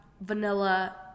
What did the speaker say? vanilla